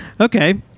Okay